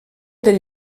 del